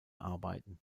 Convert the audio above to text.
arbeiten